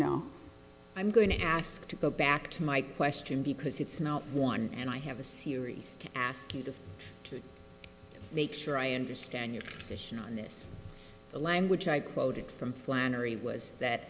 now i'm going to ask to go back to my question because it's not one and i have a series to ask you to to make sure i understand your position on this the language i quoted from flannery was that